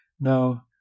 now